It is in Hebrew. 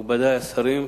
מכובדי השרים,